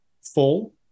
full